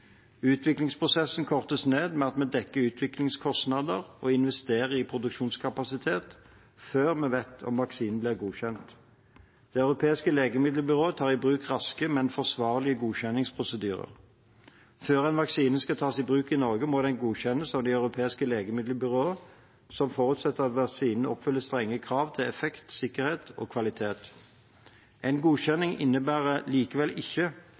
Utviklingsprosessen kortes ned ved at vi dekker utviklingskostnader og investerer i produksjonskapasitet før vi vet om vaksinen blir godkjent. Det europeiske legemiddelbyrået tar i bruk raske, men forsvarlige godkjenningsprosedyrer. Før en vaksine skal tas i bruk i Norge, må den godkjennes av Det europeiske legemiddelbyrået, som forutsetter at vaksinen oppfyller strenge krav til effekt, sikkerhet og kvalitet. En godkjenning innebærer likevel ikke